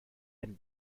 and